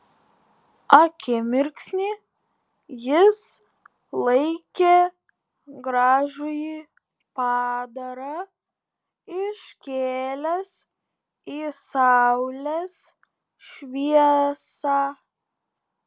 akimirksnį jis laikė gražųjį padarą iškėlęs į saulės šviesą